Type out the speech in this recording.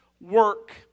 work